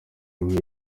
nk’iyo